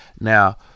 Now